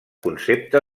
concepte